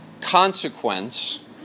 consequence